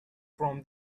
from